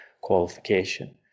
qualification